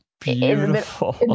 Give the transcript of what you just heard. Beautiful